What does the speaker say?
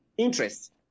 interest